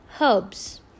herbs